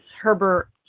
Herbert